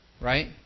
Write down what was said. right